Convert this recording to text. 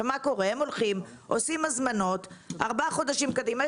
הם עושים הזמנות ארבעה חודשים קדימה,